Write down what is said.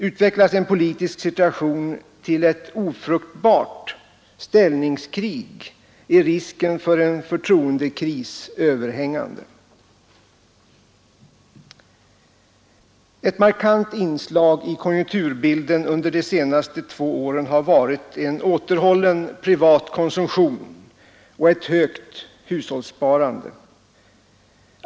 Utvecklas en politisk situation till ett ofruktbart ställningskrig, är risken för en förtroendekris överhängande. Ett markant inslag i konjunkturbilden under de senaste två åren har varit en återhållen privat konsumtion och ett högt hushållssparande.